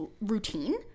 routine